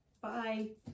Bye